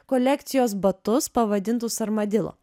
kolekcijos batus pavadintus armadilo